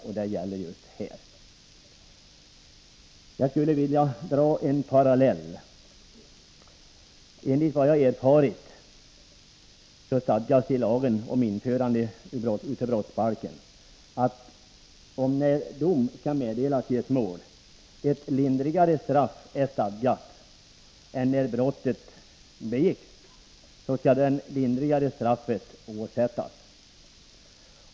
Och det är just det som det här gäller. Jag skulle vilja dra en parallell. Enligt vad jag erfarit stadgas det i lagen om införande av brottsbalken att om, när dom skall meddelas i ett mål, ett 35 lindrigare straff är stadgat än när brottet begicks, skall det lindrigare straffet åsättas.